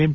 M